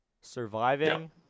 Surviving